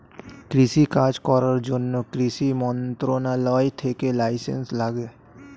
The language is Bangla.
কৃষি কাজ করার জন্যে কৃষি মন্ত্রণালয় থেকে লাইসেন্স লাগে